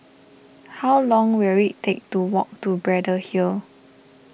how long will it take to walk to Braddell Hill